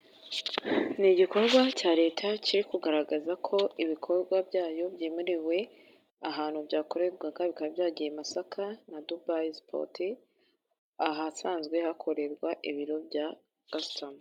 Ni igikorwa cya leta kiri kugaragaza ko ibikorwa byayo byemerewe ahantu byakorerwaga, bikaba byagiye i Masaka na Dubai sipoti ahasanzwe hakorerwa ibiro bya gasutamo.